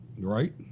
Right